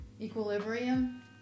Equilibrium